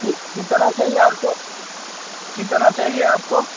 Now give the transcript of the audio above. जी कितना चाहिए आपको कितना चाहिए आपको